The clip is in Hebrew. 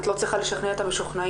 אתם לא צריכים לשכנע את המשוכנעים,